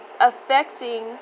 affecting